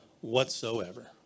whatsoever